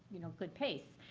you know, good pace.